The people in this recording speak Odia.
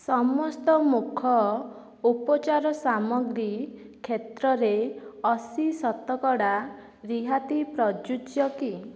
ସମସ୍ତ ମୁଖ ଉପଚାର ସାମଗ୍ରୀ କ୍ଷେତ୍ରରେ ଅଶୀ ଶତକଡ଼ା ରିହାତି ପ୍ରଯୁଜ୍ୟ କି